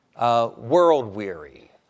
world-weary